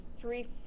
three